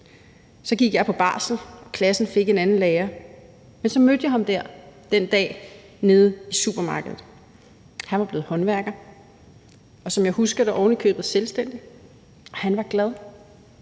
Så gik jeg på barsel, og klassen fik en anden lærer. Men så mødte jeg ham dér den dag nede i supermarkedet. Han var blevet håndværker, og som jeg husker det ovenikøbet selvstændig. Han var glad.